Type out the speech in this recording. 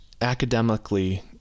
academically